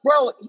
bro